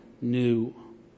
new